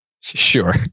sure